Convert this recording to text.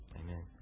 Amen